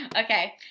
okay